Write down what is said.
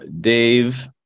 Dave